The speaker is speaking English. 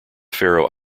faroe